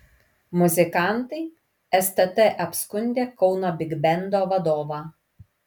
muzikantai stt apskundė kauno bigbendo vadovą